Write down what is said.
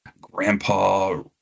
grandpa